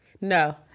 No